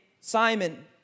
Simon